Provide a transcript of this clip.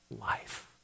Life